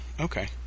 Okay